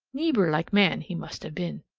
neebor-like man he must have been!